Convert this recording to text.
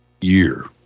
year